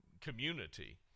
community